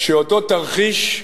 שאותו תרחיש,